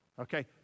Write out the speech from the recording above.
Okay